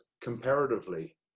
comparatively